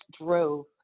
drove